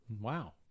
Wow